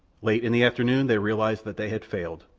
late in the afternoon they realized that they had failed.